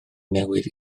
newydd